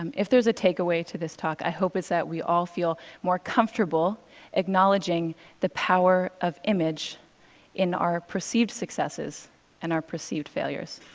um if there's a takeaway to this talk, i hope it's that we all feel more comfortable acknowledging the power of image in our perceived successes and our perceived failures.